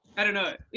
i don't know,